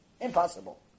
Impossible